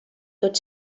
tot